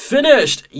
Finished